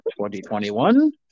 2021